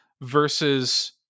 versus